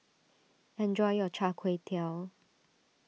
enjoy your Char Kway Teow